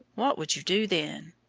what would you do then?